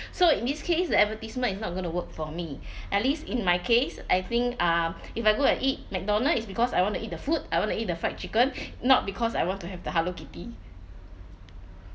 so in this case the advertisement is not going to work for me at least in my case I think uh if I go and eat McDonald's it's because I want to eat the food I want to eat the fried chicken not because I want to have the hello kitty